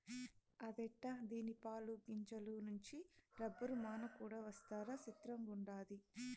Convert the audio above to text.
అదెట్టా దీని పాలు, గింజల నుంచి రబ్బరు, నూన కూడా వస్తదా సిత్రంగుండాది